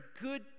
good